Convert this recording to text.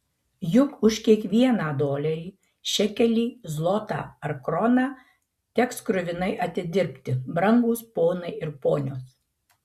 juk už kiekvieną dolerį šekelį zlotą ar kroną teks kruvinai atidirbti brangūs ponai ir ponios